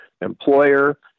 employer